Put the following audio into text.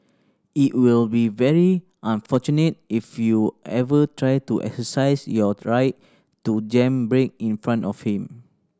it will be very unfortunate if you ever try to exercise your right to jam brake in front of him